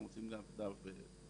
אנחנו נשים להם דף ועט.